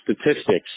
statistics